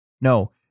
No